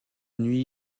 nuit